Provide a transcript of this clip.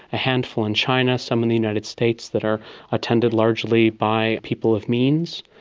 a handful in china, some in the united states that are attended largely by people of means,